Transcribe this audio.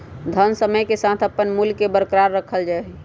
धन समय के साथ अपन मूल्य के बरकरार रखल जा हई